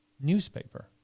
newspaper